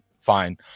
Fine